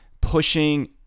pushing